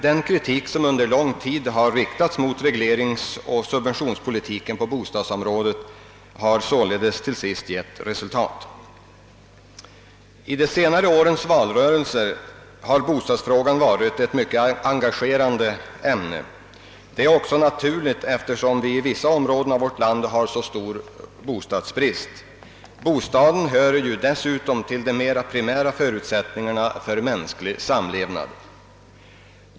Den kritik som under lång tid har riktats mot regleringsoch subventionspolitiken på bostadsområdet har sålunda till sist givit resultat. I de senaste årens valrörelser har bostadsfrågan varit ett mycket engagerande ämne. Det är också naturligt, eftersom vi i vissa områden av vårt land nar så stor bostadsbrist. Bostaden hör ju dessutom till de mera primära förut sättningarna för mänsklig "samlevnad.